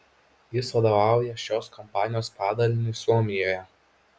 jis vadovauja šios kompanijos padaliniui suomijoje